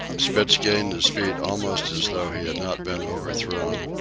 spitz gained his feet almost as though he had not been overthrown,